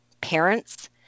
parents